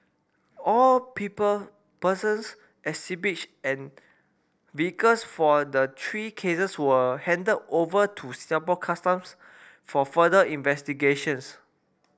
all people persons exhibits and vehicles for the three cases were handed over to Singapore Customs for further investigations